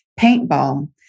paintball